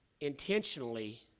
intentionally